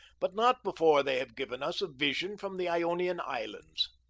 but not before they have given us a vision from the ionian islands.